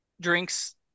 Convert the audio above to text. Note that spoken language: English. drinks